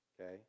Okay